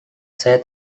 saya